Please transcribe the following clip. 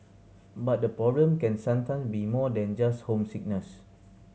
but the problem can sometimes be more than just homesickness